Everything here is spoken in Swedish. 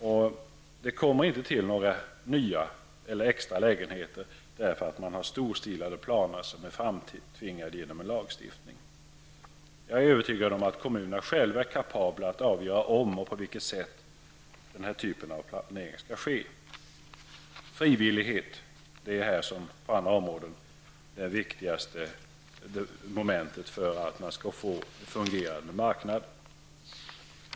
Det tillkommer inte några nya eller extra lägenheter bara därför att man har storstilade planer framtvingade genom en lagstiftning. Jag är övertygad om att kommunerna själva är kapabla att avgöra om och i så fall på vilket sätt den här typen av planering skall ske. Frivillighet är på detta område liksom på andra områden det viktigaste för att få en fungerande marknad.